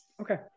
Okay